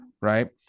right